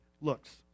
looks